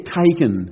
taken